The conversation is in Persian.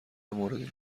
مورد